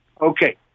Okay